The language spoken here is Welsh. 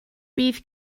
bydd